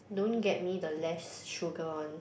don't get me the less sugar one